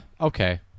okay